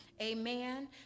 Amen